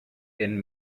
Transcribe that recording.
and